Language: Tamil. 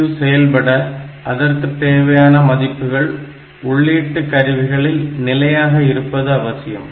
ALU செயல்பட அதற்குத் தேவையான மதிப்புகள் உள்ளீட்டு கருவிகளில் நிலையாக இருப்பது அவசியம்